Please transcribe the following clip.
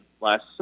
last